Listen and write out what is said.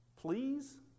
please